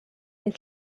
del